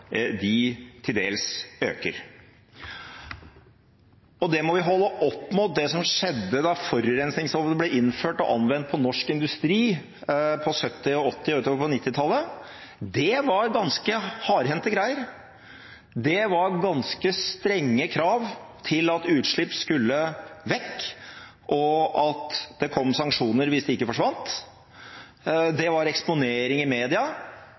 de til dels øker. Det må vi holde opp mot det som skjedde da forurensningslovene ble innført og anvendt på norsk industri på 1970-tallet, 1980-tallet og utover på 1990-tallet. Det var ganske hardhendte greier. Det var ganske strenge krav til at utslipp skulle vekk, det ville komme sanksjoner hvis de ikke forsvant, og det var eksponering i media.